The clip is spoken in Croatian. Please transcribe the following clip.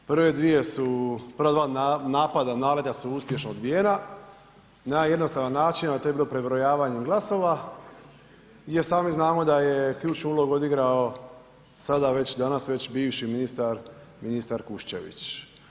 Prve dvije su, prva dva napada, naleta su uspješno odbijena na jednostavan način, a to je bilo prebrojavanjem glasova jer sami znamo da je ključ ulogu odigrao sada već, danas već bivši ministar, ministar Kušćević.